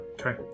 Okay